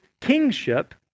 kingship